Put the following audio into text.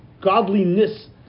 godliness